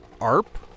Arp